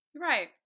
right